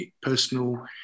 personal